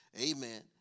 Amen